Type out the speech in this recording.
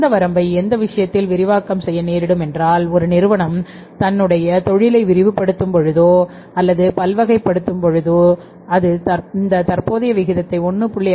அந்த வரம்பை எந்த விஷயத்தில் விரிவாக்கம் செய்ய நேரிடும் என்றால் ஒரு நிறுவனம் தன்னுடைய தொழிலை விரிவுபடுத்தும் பொழுதோ அல்லது பல்வகை படுத்தும் பொழுது இந்த தற்போதைய விகிதத்தை 1